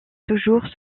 toujours